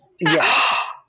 Yes